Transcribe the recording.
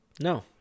No